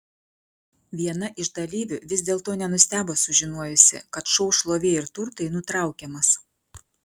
viena iš dalyvių vis dėlto nenustebo sužinojusi kad šou šlovė ir turtai nutraukiamas